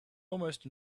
almost